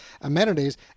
amenities